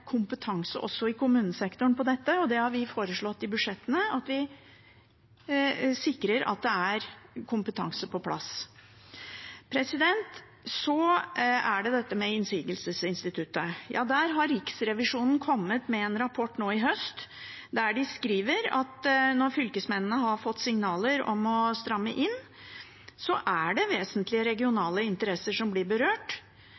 kompetanse også i kommunesektoren på dette, og vi har foreslått i budsjettene at vi sikrer at det er kompetanse på plass. Så er det dette med innsigelsesinstituttet. Riksrevisjonen har kommet med en rapport nå i høst der de skriver at når fylkesmennene har fått signaler om å stramme inn, er det vesentlige